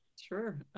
Sure